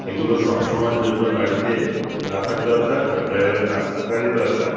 এগুলো সব সময়ের জন্য গাড়িতে রাখার দরকার বা ড্রাইভারের কাছে থাকারই দরকার